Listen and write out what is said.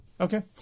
Okay